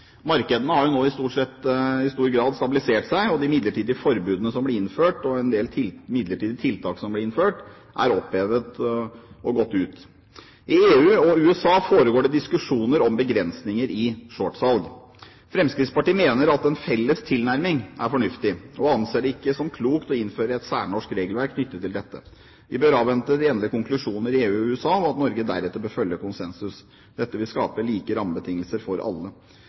Markedene har nå i stor grad stabilisert seg, og de midlertidige forbudene som ble innført, og en del midlertidige tiltak som ble innført, er opphevet og gått ut. I EU og i USA foregår det diskusjoner om begrensninger i shortsalg. Fremskrittspartiet mener at en felles tilnærming er fornuftig og anser det ikke som klokt å innføre et særnorsk regelverk knyttet til dette. Vi bør avvente de endelige konklusjonene i EU og i USA, og Norge bør deretter følge konsensus. Dette vil skape like rammebetingelser for alle.